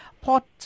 pot